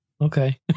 okay